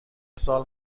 سال